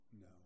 no